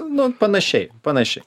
nu panašiai panašiai